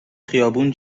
خیابون